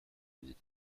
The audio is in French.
unis